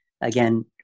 again